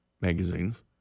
magazines